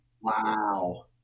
Wow